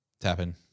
tapping